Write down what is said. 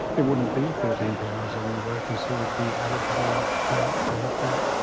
there wouldn't be thirteen thousand workers who would be eligible to to have that